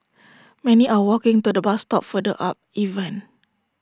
many are walking to the bus stop further up even